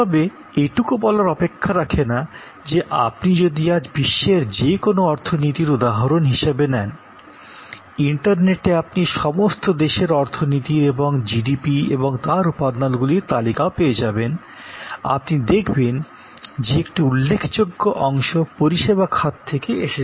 তবে এটুকু বলার অপেক্ষা রাখে না যে আপনি যদি আজ বিশ্বের যে কোনো অর্থনীতি উদাহরণ হিসাবে নেন ইন্টারনেটে আপনি সমস্ত দেশের অর্থনীতির এবং জিডিপি এবং তার উপাদানগুলির তালিকা পেয়ে যাবেন আপনি দেখবেন যে একটি উল্লেখযোগ্য অংশ পরিষেবা খাত থেকে এসেছে